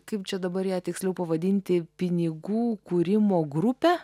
kaip čia dabar ją tiksliau pavadinti pinigų kūrimo grupę